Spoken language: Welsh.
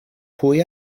pwy